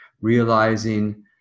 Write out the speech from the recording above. realizing